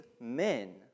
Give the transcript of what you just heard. men